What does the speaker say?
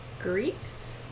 Greeks